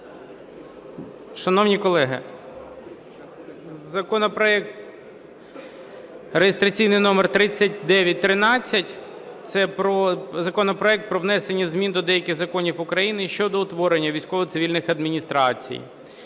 Шановні колеги! Законопроект (реєстраційний номер 3913) – це законопроект про внесення змін до деяких законів України щодо утворення військово-цивільних адміністрацій.